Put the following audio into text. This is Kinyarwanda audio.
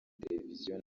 televiziyo